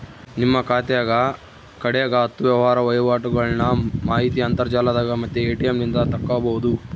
ನಿಮ್ಮ ಖಾತೆಗ ಕಡೆಗ ಹತ್ತು ವ್ಯವಹಾರ ವಹಿವಾಟುಗಳ್ನ ಮಾಹಿತಿ ಅಂತರ್ಜಾಲದಾಗ ಮತ್ತೆ ಎ.ಟಿ.ಎಂ ನಿಂದ ತಕ್ಕಬೊದು